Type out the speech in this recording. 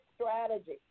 strategy